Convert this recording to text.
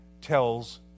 tells